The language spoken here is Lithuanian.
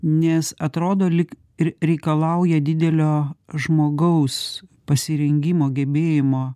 nes atrodo lyg ir reikalauja didelio žmogaus pasirengimo gebėjimo